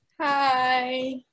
Hi